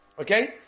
Okay